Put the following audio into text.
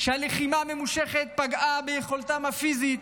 שהלחימה הממושכת פגעה ביכולתם הפיזית,